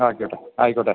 ആയിക്കോട്ടെ ആയിക്കോട്ടെ